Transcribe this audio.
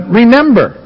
remember